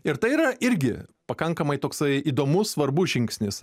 ir tai yra irgi pakankamai toksai įdomus svarbus žingsnis